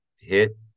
hit